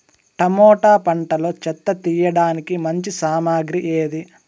Tomato పంటలో చెత్త తీయడానికి మంచి సామగ్రి ఏది?